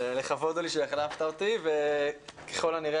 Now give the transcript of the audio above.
לכבוד הוא לי שהחלפת אותי וככל הנראה